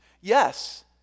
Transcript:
Yes